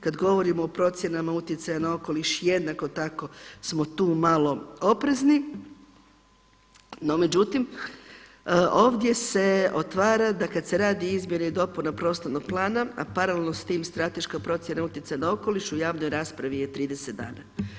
Kada govorimo o procjenama utjecaja na okoliš jednako tako smo tu malo oprezni, no međutim ovdje se otvara da kada se radi izmjene i dopune prostornog plana, a paralelno s tim strateška procjena utjecaja na okoliš u javnoj raspravi je 30 dana.